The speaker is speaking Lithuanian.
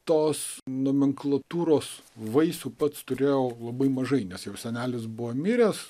tos nomenklatūros vaisių pats turėjau labai mažai nes jau senelis buvo miręs